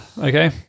Okay